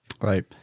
Right